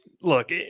Look